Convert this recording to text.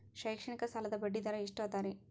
ಶೈಕ್ಷಣಿಕ ಸಾಲದ ಬಡ್ಡಿ ದರ ಎಷ್ಟು ಅದರಿ?